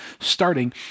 starting